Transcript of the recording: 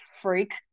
freak